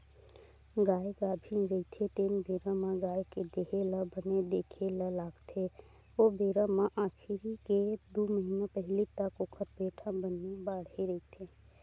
गाय गाभिन रहिथे तेन बेरा म गाय के देहे ल बने देखे ल लागथे ओ बेरा म आखिरी के दू महिना पहिली तक ओखर पेट ह बने बाड़हे दिखथे